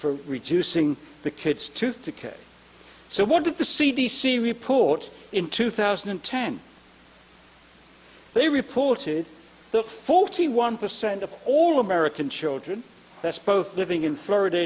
for reducing the kid's tooth decay so what did the c d c report in two thousand and ten they reported the forty one percent of all american children that's both living in florida